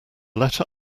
letter